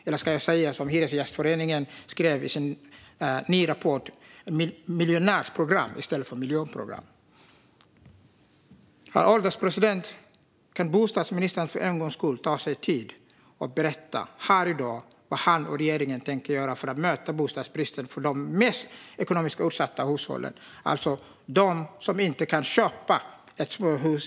Eller jag kan säga som Hyresgästföreningen har skrivit i sin rapport: miljonärsprogram i stället för miljonprogram. Herr ålderspresident! Kan bostadsministern för en gångs skull ta sig tid och berätta här i dag vad han och regeringen tänker göra för att möta bostadsbristen för de mest ekonomiskt utsatta hushållen, alltså de som inte kan köpa ett småhus?